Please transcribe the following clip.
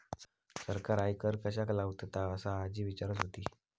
सरकार आयकर कश्याक लावतता? असा आजी विचारत होती